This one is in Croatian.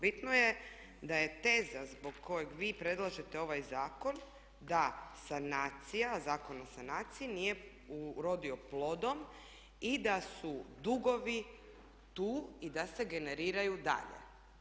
Bitno je da je teza zbog kojeg vi predlažete ovaj zakon, da sanacija, Zakon o sanaciji nije urodio plodom i da su dugovi tu i da se generiraju dalje.